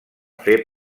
fer